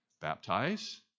baptize